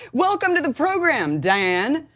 welcome to the program, dianne.